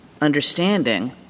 understanding